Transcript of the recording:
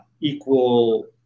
equal